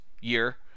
year